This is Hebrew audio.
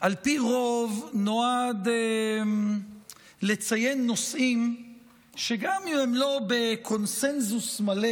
על פי רוב נועד לציין נושאים שגם אם הם לא בקונסנזוס מלא,